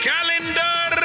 Calendar